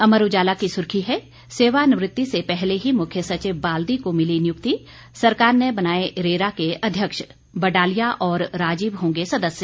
अमर उजाला की सुर्खी है सेवानिवृति से पहले ही मुख्य सचिव बाल्दी को मिली नियुक्ति सरकार ने बनाए रेरा के अध्यक्ष बडालिया और राजीव होंगे सदस्य